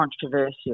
controversial